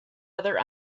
other